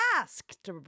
asked